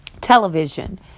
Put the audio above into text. television